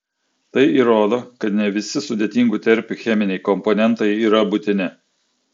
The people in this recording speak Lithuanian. tai įrodo kad ne visi sudėtingų terpių cheminiai komponentai yra būtini